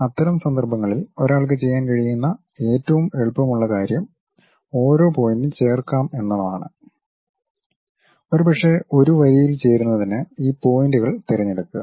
അത്തരം സന്ദർഭങ്ങളിൽ ഒരാൾക്ക് ചെയ്യാൻ കഴിയുന്ന ഏറ്റവും എളുപ്പമുള്ള കാര്യം ഓരോ പോയിൻ്റും ചേർക്കാം എന്നതാണ് ഒരുപക്ഷേ ഒരു വരിയിൽ ചേരുന്നതിന് ഈ പോയിന്റുകൾ തിരഞ്ഞെടുക്കുക